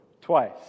twice